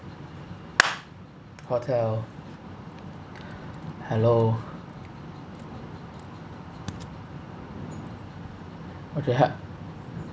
hotel hello okay he~